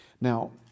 Now